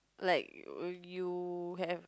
like you have